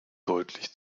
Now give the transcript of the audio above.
deutlich